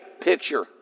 picture